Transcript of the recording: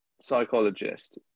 Psychologist